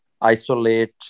isolate